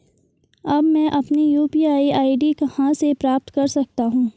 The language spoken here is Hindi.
अब मैं अपनी यू.पी.आई आई.डी कहां से प्राप्त कर सकता हूं?